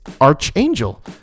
Archangel